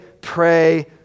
pray